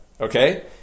Okay